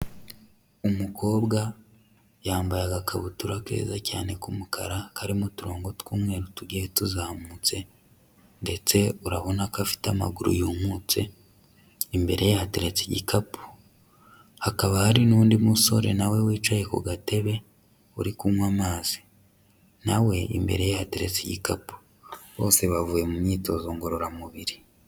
Umukobwa yambaye agakabutura keza cyane k'umukara karimo uturongo tw'umweru tugiye tuzamutse ndetse urabona ko afite amaguru yumutse, imbere yateretse igikapu. Hakaba hari n'undi musore nawe wicaye ku gatebe uri kunywa amazi. Nawe imbere ye hateretse igikapu. Bose bavuye mu myitozo ngororamubiri.